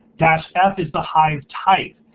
dash f is the hive type.